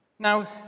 Now